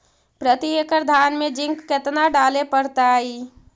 प्रती एकड़ धान मे जिंक कतना डाले पड़ताई?